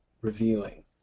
revealing